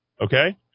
okay